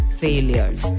failures